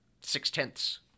six-tenths